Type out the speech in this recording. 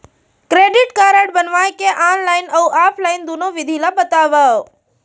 Credit card बनवाए के online अऊ ऑफलाइन दुनो विधि ला बतावव?